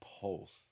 pulse